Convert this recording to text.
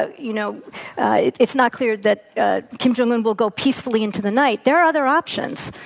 ah you know it's it's not clear that kim jong un will go peacefully into the night, there are other options,